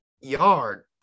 yard